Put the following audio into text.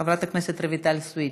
חברת הכנסת רויטל סויד,